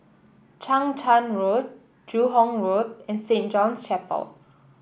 Chang Charn Road Joo Hong Road and Saint John's Chapel